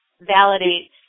validate